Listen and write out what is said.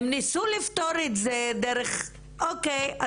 הם ניסו לפתור את זה בדרך של "..אוקיי,